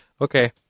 okay